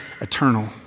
eternal